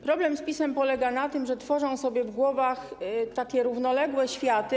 Problem z PiS-em polega na tym, że tworzą sobie w głowach takie równoległe światy.